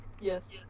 Yes